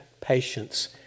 Patience